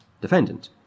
defendant